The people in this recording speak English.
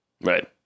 right